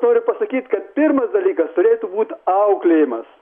noriu pasakyt kad pirmas dalykas turėtų būt auklėjimas